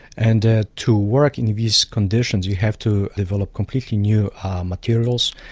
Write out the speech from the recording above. and ah to work in these conditions you have to develop completely new materials,